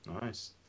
nice